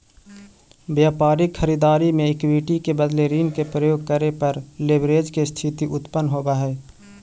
व्यापारिक खरीददारी में इक्विटी के बदले ऋण के प्रयोग करे पर लेवरेज के स्थिति उत्पन्न होवऽ हई